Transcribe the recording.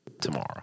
Tomorrow